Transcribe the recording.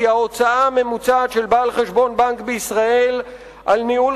כי ההוצאה הממוצעת של בעל חשבון בנק בישראל על ניהול